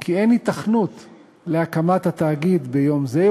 כי אין היתכנות להקמת התאגיד ביום זה,